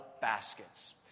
baskets